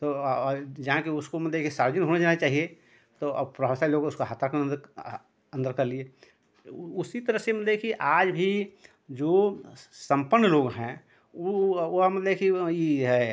तो और जहाँ कि उसको मतलब कि साजिल हो जाना चाहिए तो अब प्रभावशाली लोग उसको हाता के अंदर अंदर कर लिए उसी तरह से मतलब कि आज भी जो सम्पन्न लोग हैं वो वह मतलब कि ई है